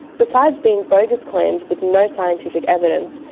besides being bogus claims with no scientific evidence,